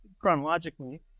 chronologically